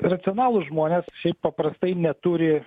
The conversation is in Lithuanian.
racionalūs žmonės šiaip paprastai neturi